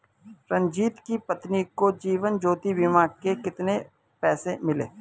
रंजित की पत्नी को जीवन ज्योति बीमा के कितने पैसे मिले?